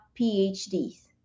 PhDs